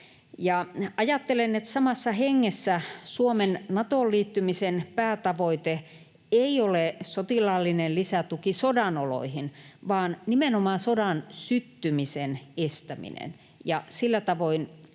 Ajattelen, että samassa hengessä Suomen Natoon liittymisen päätavoite ei ole sotilaallinen lisätuki sodanoloihin, vaan nimenomaan sodan syttymisen estäminen ja sillä tavoin